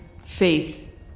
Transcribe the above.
faith